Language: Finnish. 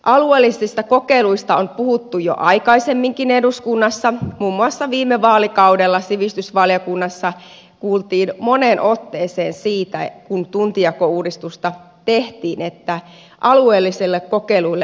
alueellisista kokeiluista on puhuttu jo aikaisemminkin eduskunnassa muun muassa viime vaalikaudella sivistysvaliokunnassa kuultiin moneen otteeseen siitä kun tuntijakouudistusta tehtiin että alueellisille kokeiluille olisi tarvetta